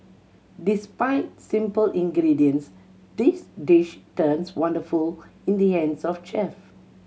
despite simple ingredients this dish turns wonderful in the hands of chef